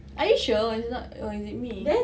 are you sure or is it not or is it me